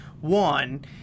One